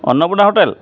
Annapurna hotel